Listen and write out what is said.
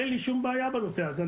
אין לי שום בעיה בנושא הזה.